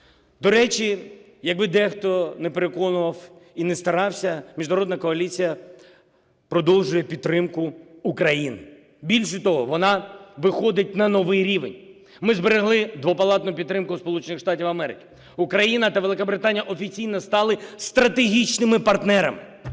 До речі, як би дехто не переконував і не старався, міжнародна коаліція продовжує підтримку України. Більше того, вона виходить на новий рівень. Ми зберегли двопалатну підтримку Сполучених Штатів Америки, Україна та Великобританія офіційно стали стратегічними партнерами,